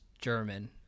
German